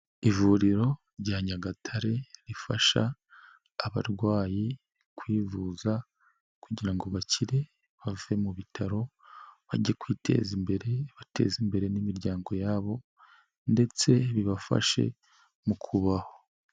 Ivuriro rya Nyagatare rifasha abarwayi kwivuza kugira ngo bakire bave mu bitaro bajye kwiteza imbere bateze imbere n'imiryango yabo, ndetse bibafashe mu kubaho.